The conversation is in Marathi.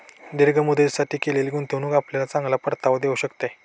दीर्घ मुदतीसाठी केलेली गुंतवणूक आपल्याला चांगला परतावा देऊ शकते